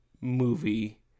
movie